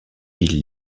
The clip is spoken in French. villes